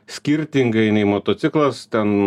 skirtingai nei motociklas ten